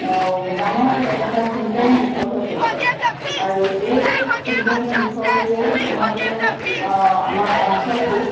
ডাঙৰ এটা চিন্তনীয় বিষয় হৈ পৰিছে আৰু এই চিন্তনীয় বিষয়টোৱে সমগ্ৰ আমাৰ অঞ্চলটোক